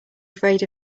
afraid